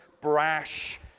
brash